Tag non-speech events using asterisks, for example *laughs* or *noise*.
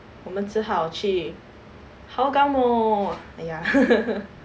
我们只好去 hougang mall ya *laughs*